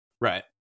Right